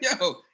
yo